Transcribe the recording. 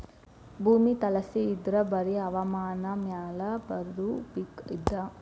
ಭೂಮಿ ತಳಸಿ ಇದ್ರ ಬರಿ ಹವಾಮಾನ ಮ್ಯಾಲ ಬರು ಪಿಕ್ ಇದ